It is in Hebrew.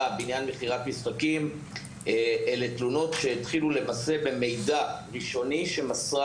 בעניין מכירת משחקים הן תלונות שהתחילו למעשה במידע ראשוני שמסרה